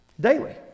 daily